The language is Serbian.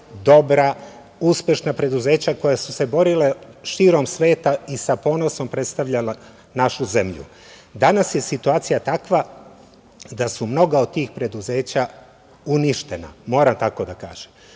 dobra, uspešna preduzeća koja su se borila širom sveta i sa ponosom predstavljala našu zemlju. Danas je situacija takva da su mnoga od tih preduzeća uništena, moram tako da kažem.